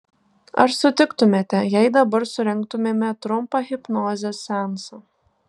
ar sutiktumėte jei dabar surengtumėme trumpą hipnozės seansą